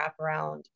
wraparound